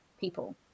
people